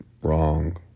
Wrong